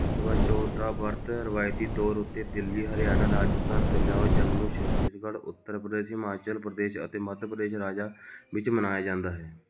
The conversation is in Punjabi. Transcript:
ਕਰਵਾ ਚੌਥ ਦਾ ਵਰਤ ਰਵਾਇਤੀ ਤੌਰ ਉੱਤੇ ਦਿੱਲੀ ਹਰਿਆਣਾ ਰਾਜਸਥਾਨ ਪੰਜਾਬ ਜੰਮੂ ਛੱਤੀਸਗੜ੍ਹ ਉੱਤਰ ਪ੍ਰਦੇਸ਼ ਹਿਮਾਚਲ ਪ੍ਰਦੇਸ਼ ਅਤੇ ਮੱਧ ਪ੍ਰਦੇਸ਼ ਰਾਜਾਂ ਵਿੱਚ ਮਨਾਇਆ ਜਾਂਦਾ ਹੈ